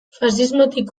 faxismotik